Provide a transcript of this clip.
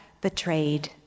betrayed